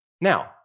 Now